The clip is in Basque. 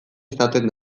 izaten